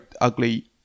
ugly